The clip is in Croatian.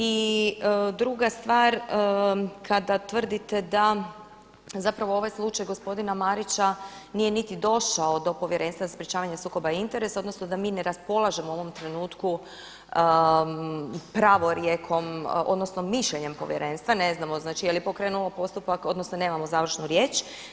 I druga stvar, kada tvrdite da ovaj slučaj gospodina Marića nije niti došao do Povjerenstva za sprečavanje sukoba interesa, odnosno da mi ne raspolažemo u ovom trenutku pravorijekom odnosno mišljenjem povjerenstva, ne znamo jeli pokrenulo postupak odnosno nemamo završnu riječ.